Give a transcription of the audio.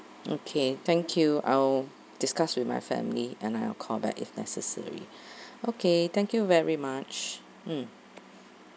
okay thank you I'll discuss with my family and I will call back if necessary okay thank you very much mm